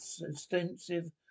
extensive